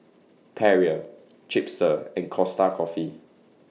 Perrier Chipster and Costa Coffee